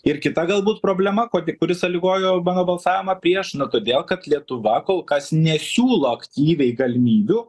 ir kita galbūt problema kuri kuri sąlygojo mano balsavą prieš na todėl kad lietuva kol kas nesiūlo aktyviai galimybių